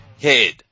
head